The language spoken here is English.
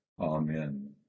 Amen